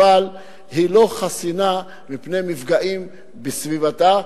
היא לא חסינה מפני מפגעים בסביבתה,